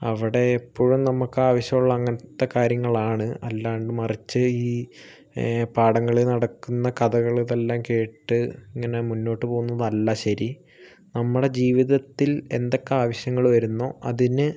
അവിടെ എപ്പോഴും നമുക്ക് ആവിശ്യമുള്ള അങ്ങനത്തെ കാര്യങ്ങളാണ് അല്ലാണ്ട് മറിച്ച് ഈ പാഠങ്ങളിൽ നടക്കുന്ന കഥകൾ ഇതെല്ലാം കേട്ട് ഇങ്ങനെ മുന്നോട്ട് പോകുന്നതല്ല ശരി നമ്മുടെ ജീവിതത്തിൽ എന്തൊക്കെ ആവിശ്യങ്ങൾ വരുന്നോ അതിന്